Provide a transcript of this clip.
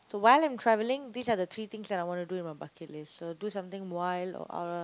so while I'm travelling these are the three things that I want to do in my bucket list so do something wild or